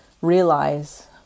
realize